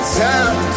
time